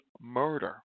murder